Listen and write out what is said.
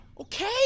Okay